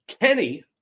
Kenny